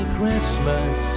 Christmas